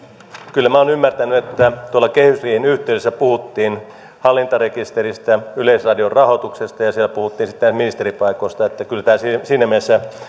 kyllä minä olen ymmärtänyt että tuolla kehysriihen yhteydessä puhuttiin hallintarekisteristä yleisradion rahoituksesta ja siellä puhuttiin sitten näistä ministeripaikoista että kyllä tämä siinä mielessä